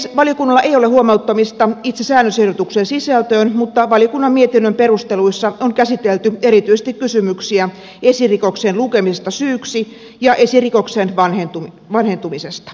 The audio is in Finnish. valiokunnalla ei ole huomauttamista itse säännösehdotuksen sisällöstä mutta valiokunnan mietinnön perusteluissa on käsitelty erityisesti kysymyksiä esirikoksen lukemisesta syyksi ja esirikoksen vanhentumisesta